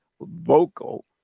vocal